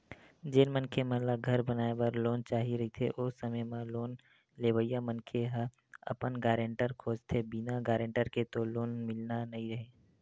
जेन मनखे मन ल घर बनाए बर लोन चाही रहिथे ओ समे म लोन लेवइया मनखे ह अपन गारेंटर खोजथें बिना गारेंटर के तो लोन मिलना नइ हे